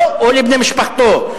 לו או לבני משפחתו,